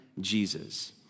Jesus